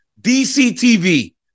DCTV